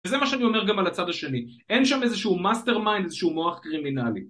וזה מה שאני אומר גם על הצד השני, אין שם איזשהו מאסטר מיינד, איזשהו מוח קרימינלי